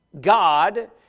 God